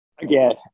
again